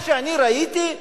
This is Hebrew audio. מה שאני ראיתי,